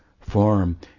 form